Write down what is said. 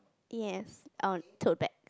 yes on two bag